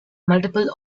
multiple